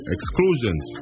Exclusions